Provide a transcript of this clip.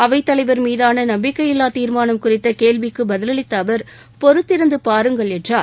அவைத் தலைவர் மீதான நம்பிக்கை இல்லா தீரமானம் குறித்த கேள்விக்கு பதில் அளித்த அவர் பொறுத்திருந்து பாருங்கள் என்றார்